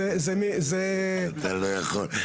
אתה לא יכול.